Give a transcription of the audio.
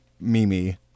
Mimi